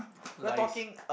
lies